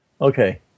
okay